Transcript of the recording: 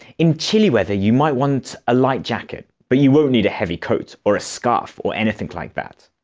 in chilly weather, you might want a light jacket, but you won't need a heavy coat, or a scarf, or anything like that.